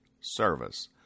service